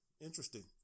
interesting